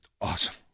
Awesome